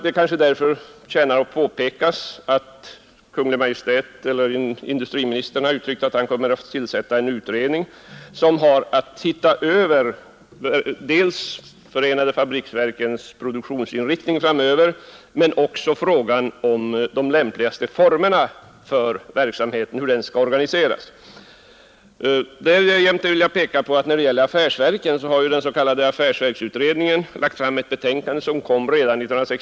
Det kanske därför förtjänar att påpekas att industriministern kommer att tillsätta en utredning som får till uppgift att se över dels förenade fabriksverkens produktionsinriktning, dels frågan om hur verksamheten lämpligast bör organiseras. Dessutom vill jag påpeka att den s.k. affärsverksutredningen redan 1968 framlade sitt betänkande.